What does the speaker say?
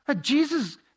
Jesus